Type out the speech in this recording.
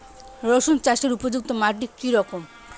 রুসুন চাষের উপযুক্ত মাটি কি রকম?